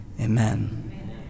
Amen